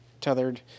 tethered